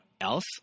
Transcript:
else